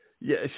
yes